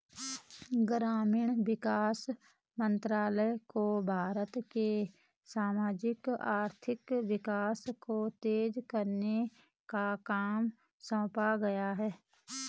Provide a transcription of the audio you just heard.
ग्रामीण विकास मंत्रालय को भारत के सामाजिक आर्थिक विकास को तेज करने का काम सौंपा गया है